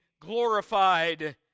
glorified